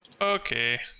Okay